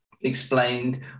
explained